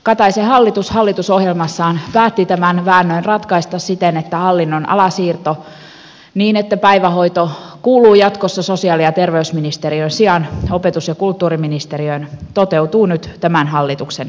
kataisen hallitus hallitusohjelmassaan päätti tämän väännön ratkaista siten että hallinnonalasiirto niin että päivähoito kuuluu jatkossa sosiaali ja terveysministeriön sijaan opetus ja kulttuuriministeriöön toteutuu nyt tämän hallituksen esityksen myötä